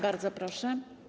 Bardzo proszę.